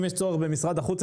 אם יש צורך במשרד החוץ,